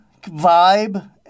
vibe